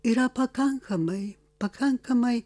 yra pakankamai pakankamai